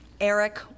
Eric